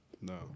No